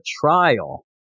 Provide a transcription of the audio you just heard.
trial